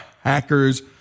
hackers